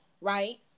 right